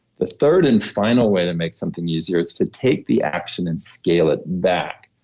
the third and final way to make something easier is to take the action and scale it back.